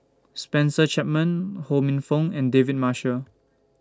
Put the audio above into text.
Spencer Chapman Ho Minfong and David Marshall